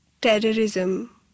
terrorism